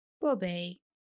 Bobby